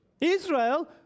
Israel